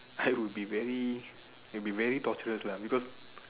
I would be very it will be very torturous lah because